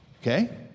okay